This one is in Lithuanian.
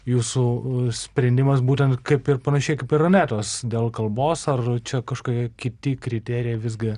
jūsų sprendimas būtent kaip ir panašiai kaip ir anetos dėl kalbos ar čia kažkokie kiti kriterijai visgi